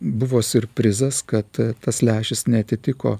buvo siurprizas kad tas lęšis neatitiko